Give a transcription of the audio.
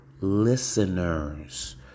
listeners